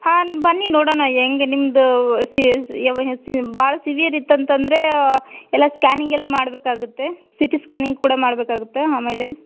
ಹಾಂ ಬನ್ನಿ ನೋಡೋಣ ಹೇಗೆ ನಿಮ್ದು ಸಿ ಭಾಳ ಸಿವಿಯರ್ ಇತ್ತು ಅಂತಂದರೆ ಎಲ್ಲ ಸ್ಕ್ಯಾನಿಂಗ್ ಎಲ್ಲ ಮಾಡಬೇಕಾಗುತ್ತೆ ಸಿ ಟಿ ಸ್ಕ್ಯಾನಿಂಗ್ ಕೂಡ ಮಾಡಬೇಕಾಗುತ್ತೆ ಆಮೇಲೆ